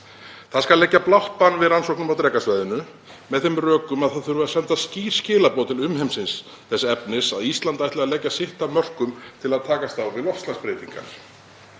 Það skal leggja blátt bann við rannsóknum á Drekasvæðinu með þeim rökum að það þurfi að senda skýr skilaboð til umheimsins þess efnis að Ísland ætli að leggja sitt af mörkum til að takast á við loftslagsbreytingar.